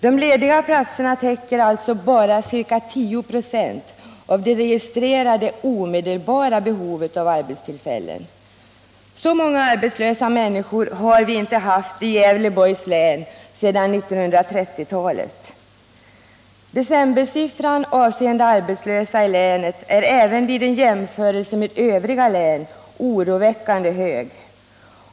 De lediga platserna täcker alltså bara ca 10 96 av det registrerade omedelbara behovet av arbetstillfällen. Så många arbetslösa människor har vi inte haft i Gävleborgs län sedan 1930-talet. Decembersiffran avseende arbetslösa i länet är även vid en jämförelse med siffrorna för övriga län oroväckande hög.